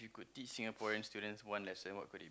if you could teach Singaporean students one lesson what could